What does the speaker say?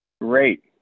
Great